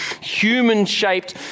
human-shaped